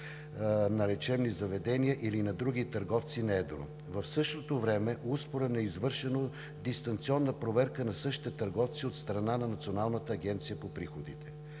на лечебни заведения или на други търговци на едро. В същото време успоредно е извършена дистанционна проверка на същите търговци от страна на Националната агенцията за приходите.